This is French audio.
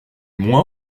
moins